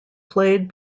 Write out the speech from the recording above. played